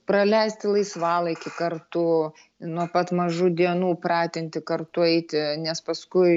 praleisti laisvalaikį kartu nuo pat mažų dienų pratinti kartu eiti nes paskui